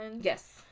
Yes